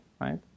right